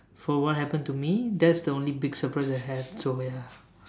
for what happen to me that's the only big surprise I had so ya